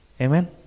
Amen